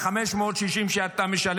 מאיר כהן (יש עתיד):